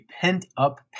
pent-up